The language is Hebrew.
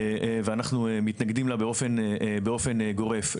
ואנחנו מתנגדים לה באופן גורף.